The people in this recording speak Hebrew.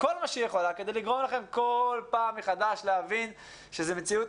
כל מה שהיא יכולה כדי לגרום לכם כל פעם מחדש להבין שזאת מציאות